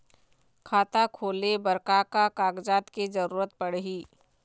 खाता खोले बर का का कागजात के जरूरत पड़ही?